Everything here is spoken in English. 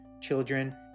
children